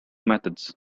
methods